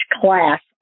class